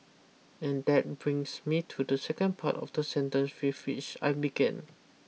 and that brings me to the second part of the sentence feel fish I began